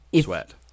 sweat